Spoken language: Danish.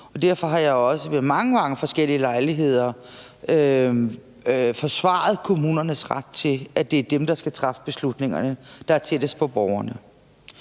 derfor har jeg også ved mange, mange forskellige lejligheder forsvaret kommunernes ret til, at det er dem, der skal træffe beslutningerne, fordi de er tættest på borgerne.